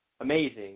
amazing